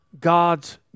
God's